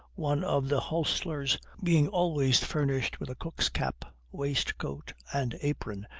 one of the hostlers being always furnished with a cook's cap, waistcoat, and apron,